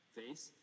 face